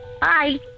Bye